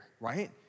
right